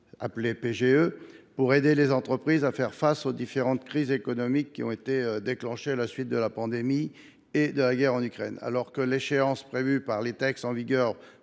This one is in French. l’État (PGE) pour aider les entreprises à faire face aux différentes crises économiques qui ont été déclenchées par la pandémie et la guerre en Ukraine. Alors que l’échéance prévue par les textes en vigueur